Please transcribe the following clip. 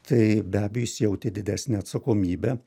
tai be abejo jis jautė didesnę atsakomybę